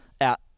out